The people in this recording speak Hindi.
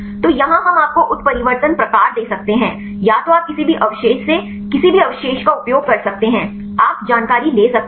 तो यहाँ हम आपको उत्परिवर्तन प्रकार दे सकते हैं या तो आप किसी भी अवशेष से किसी भी अवशेष का उपयोग कर सकते हैं आप जानकारी ले सकते हैं